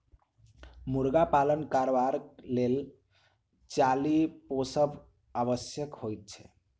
मुर्गा पालन करबाक लेल चाली पोसब आवश्यक होइत छै